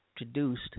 introduced